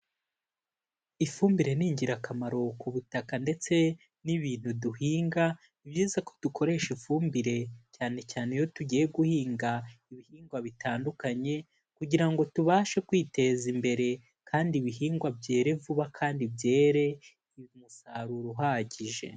Ifumbire ni ingirakamaro ku butaka ndetse n'ibintu duhinga, ni byiza ko dukoresha ifumbire cyane cyane iyo tugiye guhinga ibihingwa bitandukanye kugira ngo tubashe kwiteza imbere kandi ibihingwa byere vuba kandi byere umusaruro uhagije.